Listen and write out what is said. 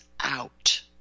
out